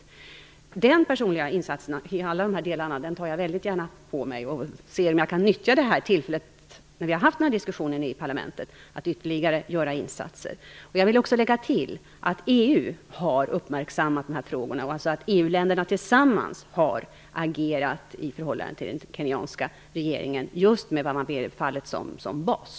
Den personliga insatsen i alla de här delarna tar jag väldigt gärna på mig och skall se om jag kan nyttja diskussionen i parlamentet till att ytterligare göra insatser. Jag vill också lägga till att EU har uppmärksammat de här frågorna. EU-länderna har agerat tillsammans i förhållande till den kenyanska regeringen, just med fallet Wa Wamwere som bas.